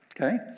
Okay